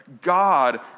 God